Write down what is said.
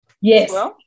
Yes